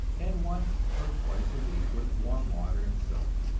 and once or twice a week with warm water and soap.